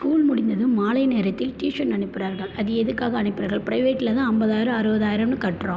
school முடிஞ்சதும் மாலை நேரத்தில் டியூஷன் அனுப்புகிறார்கள் அது எதுக்காக அனுப்புகிறார்கள் ப்ரைவேட்டில் தான் ஐம்பதாயிரம் அறுபதாயிரம்னு கட்டுறோம்